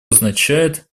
означает